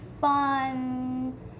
fun